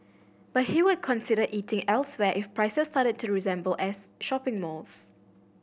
but he would consider eating elsewhere if prices started to resemble as shopping malls